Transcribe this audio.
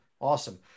awesome